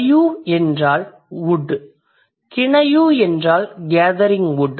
Kayu என்றால் wood Kinayu என்றால் gathering wood